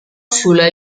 sulla